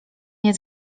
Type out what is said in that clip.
nie